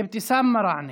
אבתיסאם מראענה.